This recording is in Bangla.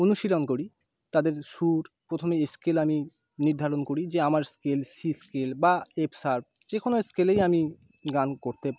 অনুশীলন করি তাদের সুর প্রথমে স্কেল আমি নির্ধারণ করি যে আমার স্কেল সি স্কেল বা এফ শার্প যে কোনও স্কেলেই আমি গান করতে